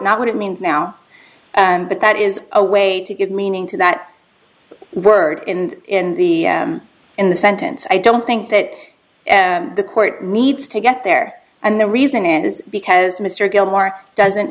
not what it means now but that is a way to give meaning to that word and in the in the sentence i don't think that the court needs to get there and the reason is because mr gilmore doesn't